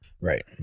Right